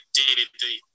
day-to-day